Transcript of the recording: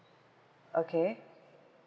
okay